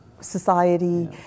society